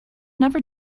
never